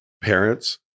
parents